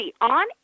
on